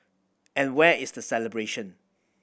and where is the celebration